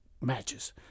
matches